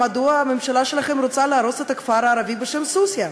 מדוע הממשלה שלכם רוצה להרוס את כפר ערבי בשם סוסיא?